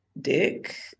dick